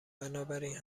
بنابراین